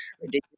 ridiculous